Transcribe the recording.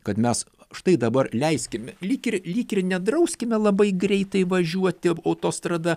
kad mes štai dabar leiskim lyg ir lyg ir nedrauskime labai greitai važiuoti autostrada